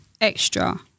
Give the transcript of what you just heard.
extra